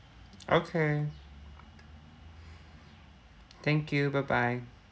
okay thank you bye bye